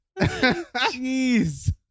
Jeez